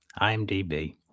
IMDb